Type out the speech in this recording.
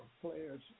players